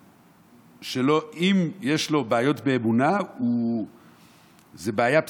אם יש לו בעיות באמונה, זו בעיה פסיכולוגית,